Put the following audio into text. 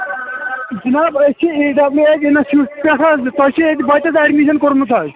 جِناب أسۍ چھِ ایٖی ڈَبلِیو ایچ اِنسٹِیوٗشن پٮ۪ٹھ حَظ تۄہہِ چھُو ییٚتہِ بَچَس ایڈمِشٮ۪ن کوٚرمُت حَظ